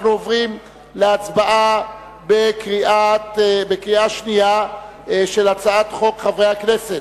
אנחנו עוברים להצבעה בקריאה שנייה על הצעת חוק חסינות